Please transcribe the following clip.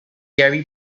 gary